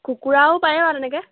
কুকুৰাও পায় বাৰু তেনেকৈ